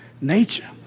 Nature